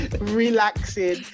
relaxing